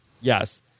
Yes